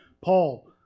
Paul